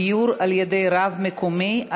(גיור על-ידי רב מקומי),